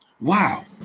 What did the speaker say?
Wow